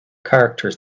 characters